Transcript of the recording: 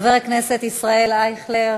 חבר הכנסת ישראל אייכלר,